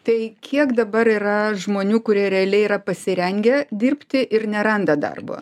tai kiek dabar yra žmonių kurie realiai yra pasirengę dirbti ir neranda darbo